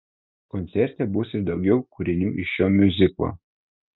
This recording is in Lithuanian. koncerte bus ir daugiau kūrinių iš šio miuziklo